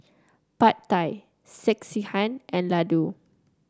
Pad Thai Sekihan and Ladoo